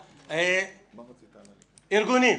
ארגונים,